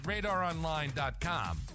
RadarOnline.com